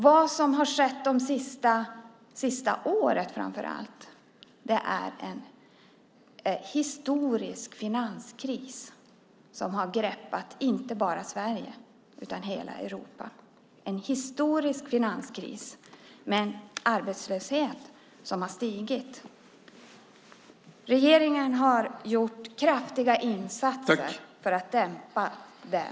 Vad som har skett under framför allt det senaste året är en historisk finanskris, som har greppat inte bara Sverige, utan hela Europa, en historisk finanskris med en arbetslöshet som har stigit. Regeringen har gjort kraftiga insatser för att dämpa den.